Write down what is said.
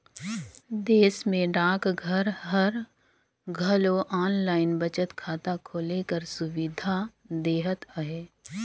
देस में डाकघर हर घलो आनलाईन बचत खाता खोले कर सुबिधा देहत अहे